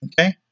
okay